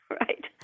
right